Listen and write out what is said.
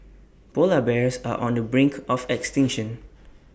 Polar Bears are on the brink of extinction